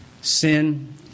sin